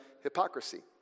hypocrisy